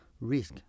risk